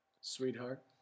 Sweetheart